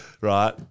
Right